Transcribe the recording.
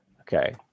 Okay